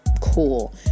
Cool